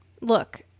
Look